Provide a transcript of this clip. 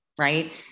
right